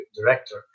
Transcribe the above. director